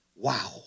Wow